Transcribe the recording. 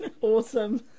Awesome